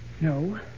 No